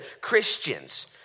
Christians